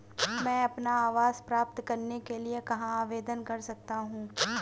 मैं अपना आवास प्राप्त करने के लिए कहाँ आवेदन कर सकता हूँ?